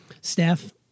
steph